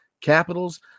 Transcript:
Capitals